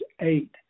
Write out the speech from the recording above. eight